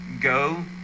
go